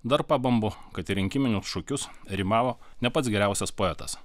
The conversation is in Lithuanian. dar pabambu kad rinkiminius šūkius rimavo ne pats geriausias poetas